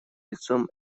лицом